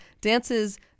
dances